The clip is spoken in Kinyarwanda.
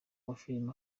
w’amafilime